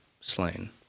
slain